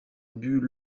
but